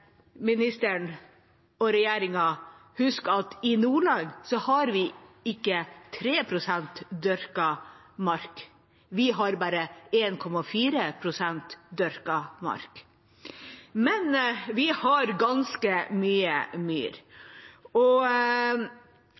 at i Nordland har vi ikke 3 pst. dyrket mark. Vi har bare 1,4 pst. dyrket mark, men vi har ganske mye myr.